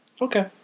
okay